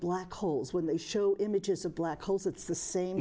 black holes when they show images of black holes it's the same